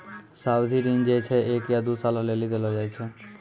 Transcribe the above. सावधि ऋण जे छै एक या दु सालो लेली देलो जाय छै